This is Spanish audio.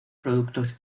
productos